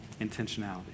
intentionality